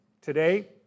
today